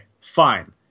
fine